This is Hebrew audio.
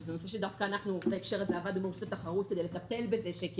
שזה נושא שבהקשר הזה עבדנו מול רשות התחרות כדי לטפל בזה אל